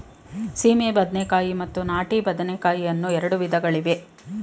ಸೀಮೆ ಬದನೆಕಾಯಿ ಮತ್ತು ನಾಟಿ ಬದನೆಕಾಯಿ ಅನ್ನೂ ಎರಡು ವಿಧಗಳಿವೆ